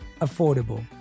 affordable